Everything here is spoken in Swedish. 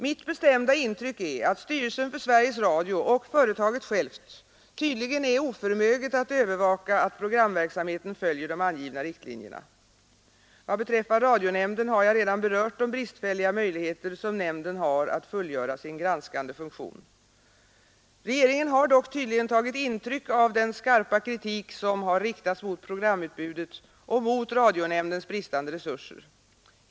Mitt bestämda intryck är att styrelsen för Sveriges Radio och företaget självt tydligen är oförmögna att övervaka att programverksamheten följer de angivna riktlinjerna. Vad beträffar radionämnden har jag redan berört de bristfälliga möjligheter som nämnden har att fullgöra sin granskande funktion. Regeringen har dock tydligen tagit intryck av den skarpa kritik som har riktats mot programutbudet och mot radionämndens bristande resurser.